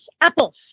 apples